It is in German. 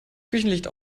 küchenlicht